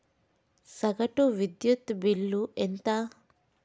సగటు విద్యుత్ బిల్లు ఎంత?